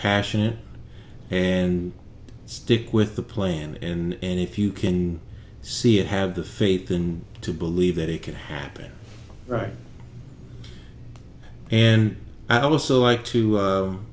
passionate and stick with the plan and if you can see it have the faith and to believe that it can happen right and i also like to